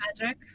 magic